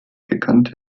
gekannt